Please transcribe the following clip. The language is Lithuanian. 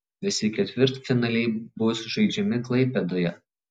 visi ketvirtfinaliai bus žaidžiami klaipėdoje